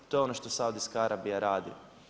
To je ono što Saudijska Arabija radi.